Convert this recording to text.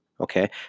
Okay